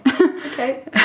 Okay